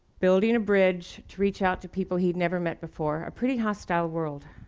building a bridge to reach out to people he'd never met before a pretty hostile world.